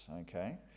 okay